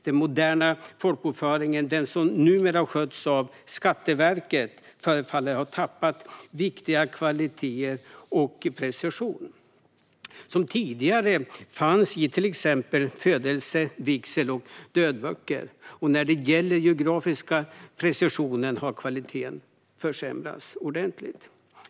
Den moderna folkbokföringen, som numera sköts av Skatteverket, förefaller ha tappat viktiga kvaliteter och den precision som tidigare fanns i till exempel födelse, vigsel och dödböcker. När det gäller den geografiska precisionen har kvaliteten försämrats ordentligt.